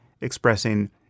expressing